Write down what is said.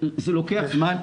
זה לוקח זמן,